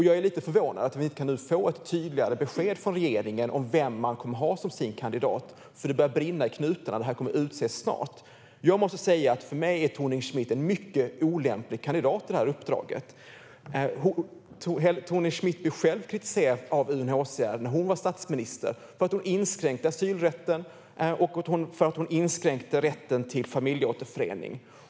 Jag är lite förvånad över att vi inte kan få ett tydligare besked från regeringen om vem man kommer att ha som sin kandidat. Det börjar brinna i knutarna. Posten kommer att utses snart. För mig är Thorning-Schmidt en mycket olämplig kandidat till uppdraget. Helle Thorning-Schmidt blev kritiserad av UNHCR när hon var statsminister för att hon inskränkte asylrätten och för att hon inskränkte rätten till familjeåterförening.